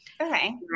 Okay